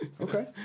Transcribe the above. Okay